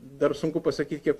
dar sunku pasakyt kiek